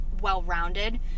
well-rounded